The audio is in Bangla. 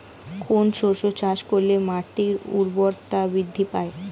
কোন শস্য চাষ করলে মাটির উর্বরতা বৃদ্ধি পায়?